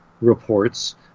reports